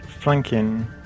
flanking